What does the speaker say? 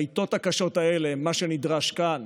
בעיתות הקשות האלה מה שנדרש כאן